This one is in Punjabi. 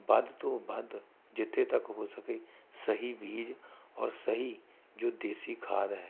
ਵੱਧ ਤੋਂ ਵੱਧ ਜਿੱਥੇ ਤੱਕ ਹੋ ਸਕੇ ਸਹੀ ਬੀਜ ਔਰ ਸਹੀ ਜੋ ਦੇਸੀ ਖਾਦ ਹੈ